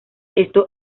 esto